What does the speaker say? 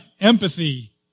empathy